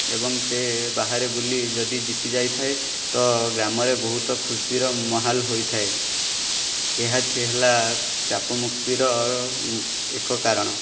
ଏବଂ ସେ ବାହାରେ ବୁଲି ଯଦି ଜିତି ଯାଇଥାଏ ତ ଗ୍ରାମରେ ବହୁତ ଖୁସିର ମାହୋଲ ହୋଇଥାଏ ଏହା ହେଲା ଚାପ ମୁକ୍ତିର ଏକ କାରଣ